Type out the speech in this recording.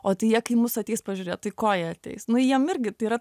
o tai jie kai mus ateis pažiūrėt tai ko jie ateis nu jiem irgi tai yra